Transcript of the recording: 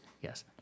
yes